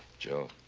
joe.